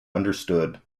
understood